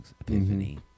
Epiphany